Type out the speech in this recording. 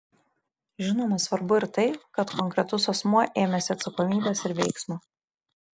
žinoma svarbu ir tai kad konkretus asmuo ėmėsi atsakomybės ir veiksmo